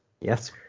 Yes